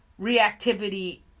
reactivity